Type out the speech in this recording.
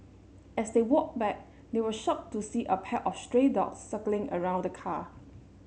as they walked back they were shocked to see a pack of stray dogs circling around the car